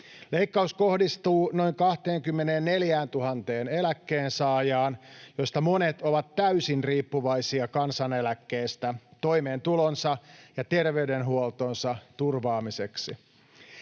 Leikkaus kohdistuu noin 24 000 eläkkeensaajaan, joista monet ovat täysin riippuvaisia kansaneläkkeestä toimeentulonsa ja terveydenhuoltonsa turvaamiseksi.